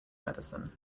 medicine